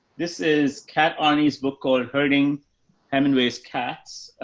this is kat arney's book called herding hemingway's cats,